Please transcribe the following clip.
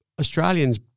Australians